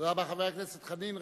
תודה רבה, חבר הכנסת חנין.